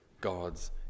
God's